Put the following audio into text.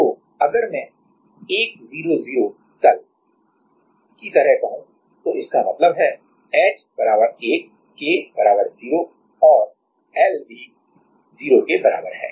तो अगर मैं 1 0 0 तल की तरह कहूं तो इसका मतलब है h बराबर 1 k बराबर 0 और l भी 0 के बराबर है